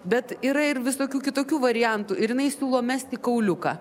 bet yra ir visokių kitokių variantų ir jinai siūlo mesti kauliuką